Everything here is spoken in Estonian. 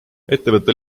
ettevõte